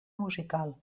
musical